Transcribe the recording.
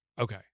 Okay